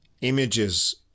images